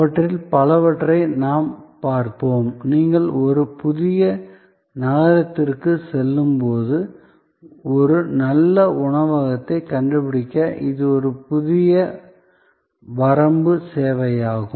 அவற்றில் பலவற்றை நாம் பார்ப்போம் நீங்கள் ஒரு புதிய நகரத்திற்குச் செல்லும்போது ஒரு நல்ல உணவகத்தைக் கண்டுபிடிக்க இது ஒரு புதிய வரம்பு சேவையாகும்